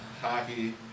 hockey